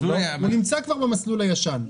הוא נמצא כבר במסלול הישן.